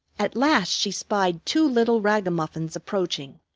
at last she spied two little ragamuffins approaching.